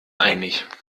einig